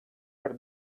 par